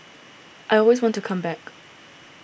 I always want to come back